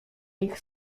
ich